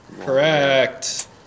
Correct